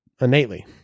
innately